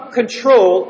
control